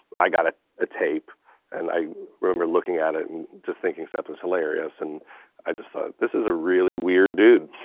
i got ah a tape and i remember looking at it and just thinking seth was hilarious. and i just thought, this is a really weird dude.